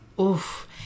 oof